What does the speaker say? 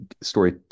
story